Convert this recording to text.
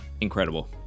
Incredible